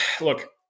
look